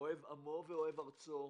אוהב עמו ואוהב ארצו.